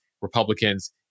Republicans